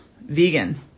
vegan